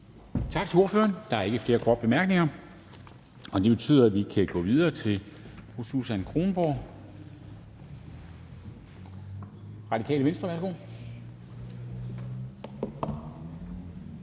Tak til ordføreren. Der er ikke flere korte bemærkninger. Det betyder, at vi kan gå videre til fru Susan Kronborg, Radikale Venstre. Værsgo.